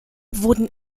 wurden